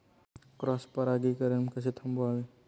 Cross परागीकरण कसे थांबवावे?